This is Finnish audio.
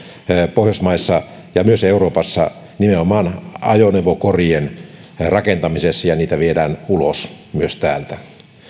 pohjoismaissa ja myös euroopassa nimenomaan ajoneuvokorien rakentamisessa ja niitä viedään myös ulos täältä